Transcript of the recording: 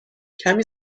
کمی